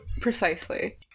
Precisely